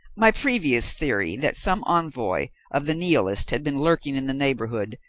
my previous theory, that some envoy of the nihilists had been lurking in the neighbourhood,